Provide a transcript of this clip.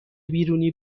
بیرونی